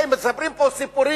באים, מספרים פה סיפורים.